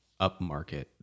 upmarket